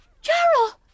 Gerald